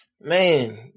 man